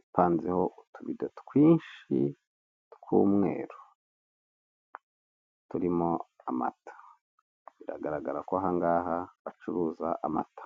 ipanzeho utubido twinshi tw'umweru turimo amata biragaragara ko aha ngaha bacuruza amata.